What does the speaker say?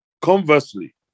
conversely